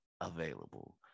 available